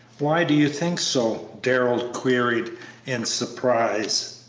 why do you think so? darrell queried in surprise.